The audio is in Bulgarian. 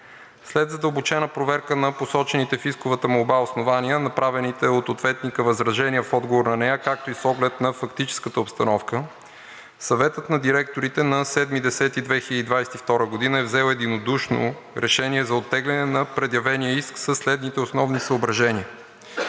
След задълбочена проверка на посочените в исковата молба основания, направените от ответника възражения в отговор на нея, както и с оглед на фактическата обстановка, Съветът на директорите на 7 октомври 2022 г. е взел единодушно решение за оттегляне на предявения иск със следните основни съображения.